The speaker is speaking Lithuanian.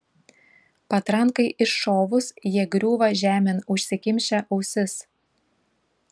patrankai iššovus jie griūva žemėn užsikimšę ausis